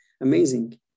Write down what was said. amazing